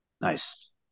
Nice